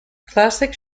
classic